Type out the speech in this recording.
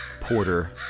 Porter